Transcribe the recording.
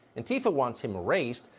and tivo wants him erased.